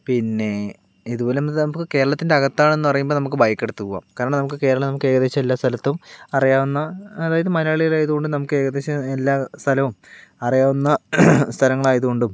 പിന്നെ ഇതുപോലെ തന്നെ നമുക്ക് കേരളത്തിൻ്റെ അകത്താണെന്ന് പറയുമ്പോൾ നമുക്ക് ബൈക്കെടുത്ത് പോകാം കാരണം നമുക്ക് കേരളം നമുക്ക് ഏകദേശം എല്ലാ സ്ഥലത്തും അറിയാവുന്ന അതായത് മലയാളികളായത് കൊണ്ട് നമുക്ക് ഏകദേശം എല്ലാ സ്ഥലവും അറിയാവുന്ന സ്ഥലങ്ങളായത് കൊണ്ടും